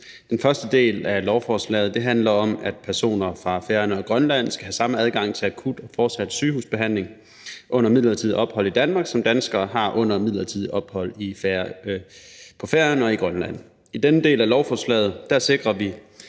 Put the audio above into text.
Den første del af lovforslaget handler om, at personer fra Færøerne og Grønland skal have samme adgang til akut og fortsat sygehusbehandling under midlertidigt ophold i Danmark, som danskere har under midlertidigt ophold på Færøerne og i Grønland. I denne del af lovforslaget sikrer vi,